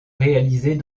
réalisée